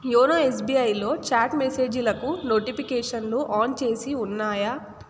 YONO ఎస్బిఐలో chat మెసేజీలకు నోటిఫికేషన్లు ఆన్ చేసి ఉన్నాయా